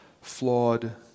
flawed